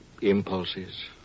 impulses